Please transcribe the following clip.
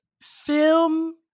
film